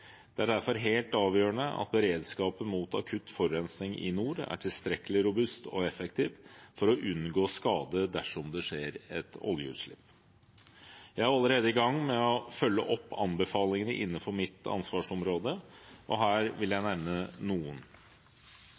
Det er derfor helt avgjørende at beredskapen mot akutt forurensning i nord er tilstrekkelig robust og effektiv for å unngå skade dersom det skjer et oljeutslipp. Jeg er allerede i gang med å følge opp anbefalingene innenfor mitt ansvarsområde. Her vil jeg nevne noen